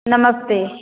नमस्ते